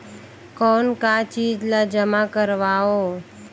कौन का चीज ला जमा करवाओ?